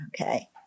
Okay